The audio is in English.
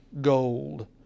gold